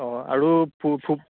অঁ আৰু ভূ ভূ